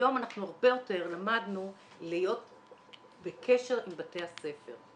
היום אנחנו הרבה יותר למדנו להיות בקשר עם בתי הספר.